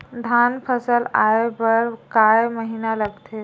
धान फसल आय बर कय महिना लगथे?